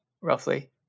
roughly